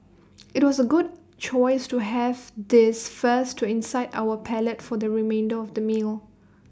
IT was A good choice to have this first to incite our palate for the remainder of the meal